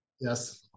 Yes